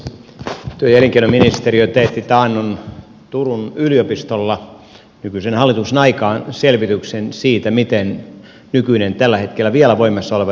työ ja elinkeinoministeriö teetti taannoin turun yliopistolla nykyisen hallituksen aikaan selvityksen siitä miten nykyinen tällä hetkellä vielä voimassa oleva yritystukijärjestelmä toimii